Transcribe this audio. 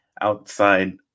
outside